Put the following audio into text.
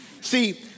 See